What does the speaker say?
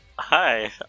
Hi